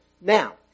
Now